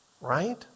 right